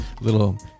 little